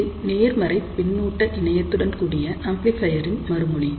இது நேர்மறை பின்னூட்ட இணையத்துடன் கூடிய ஆம்ப்ளிபையர் இன் மறுமொழி